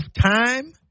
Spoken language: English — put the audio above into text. time